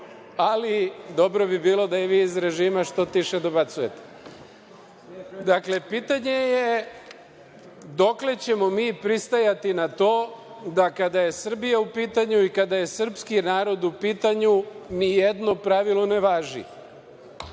Ali, dobro bi bilo da i vi iz režima što tiše dobacujete. Dakle, pitanje je dokle ćemo mi pristajati na to da kada je Srbija u pitanju i kada je srpski narod u pitanju ni jedno pravilo ne